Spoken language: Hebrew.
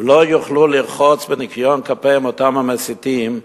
ולא יוכלו לרחוץ בניקיון כפיהם, אותם המסיתים,